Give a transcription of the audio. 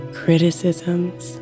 criticisms